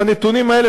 והנתונים האלה,